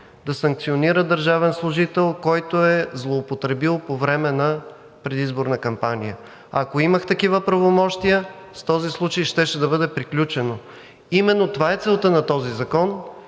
да санкционира държавен служител, който е злоупотребил по време на предизборна кампания. Ако имах такива правомощия, с този случай щеше да бъде приключено. Именно това е целта на този закон